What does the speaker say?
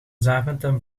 zaventem